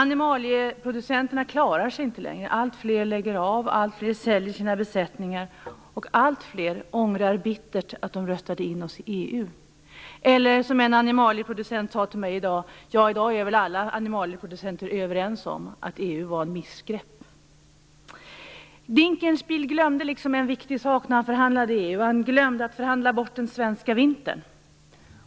Animalieproducenterna klarar sig inte längre. Alltfler lägger av och säljer sina besättningar, och alltfler ångrar bittert att de röstade in oss i EU. Eller, som en animalieproducent sade till mig i dag: I dag är väl alla animalieproducenter överens om att EU var ett missgrepp. Dinkelspiel glömde liksom en viktig sak när han förhandlade med EU - han glömde att förhandla bort den svenska vintern.